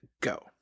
go